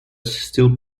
still